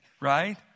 right